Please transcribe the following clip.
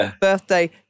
birthday